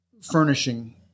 furnishing